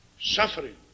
Suffering